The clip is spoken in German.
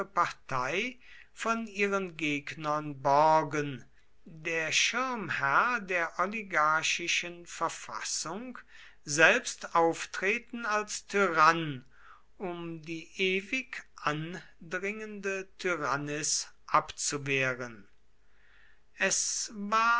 partei von ihren gegnern borgen der schirmherr der oligarchischen verfassung selbst auftreten als tyrann um die ewig andringende tyrannis abzuwehren es war